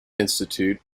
institute